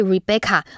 Rebecca